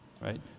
right